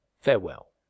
Farewell